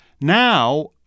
Now